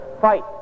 fight